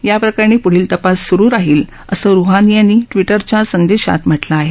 याप्रकरणी पुढील तपास सुरु असल्याचं रुहानी यांनी ट्विटरच्या संदेशात म्हटलं आहे